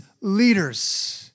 leaders